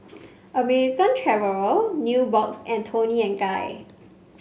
American Traveller Nubox and Toni and Guy